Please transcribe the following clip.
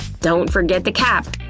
don't forget the cap!